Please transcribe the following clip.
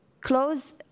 close